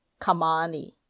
Kamani